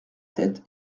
tête